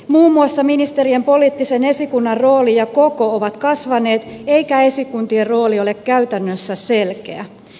muun muassa ministerien poliittisen esikunnan rooli ja koko ovat kasvaneet eikä esikuntien rooli ole käytännössä selkeä